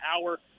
hour